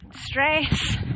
stress